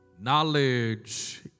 Knowledge